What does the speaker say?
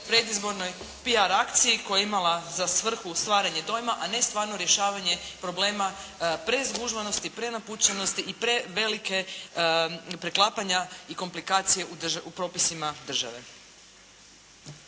predizbornoj PR akciji koja je imala za svrhu stvaranje dojma, a ne stvarno rješavanje problema prezgužvanosti, prenapučenosti i prevelikog preklapanja i komplikacije u propisima države.